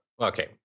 Okay